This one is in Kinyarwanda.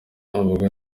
ubwo